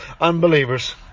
unbelievers